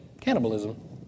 cannibalism